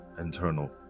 internal